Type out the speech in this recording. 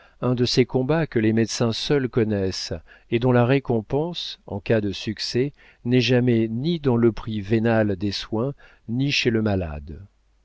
un de ces combats que les médecins seuls connaissent et dont la récompense en cas de succès n'est jamais ni dans le prix vénal des soins ni chez le malade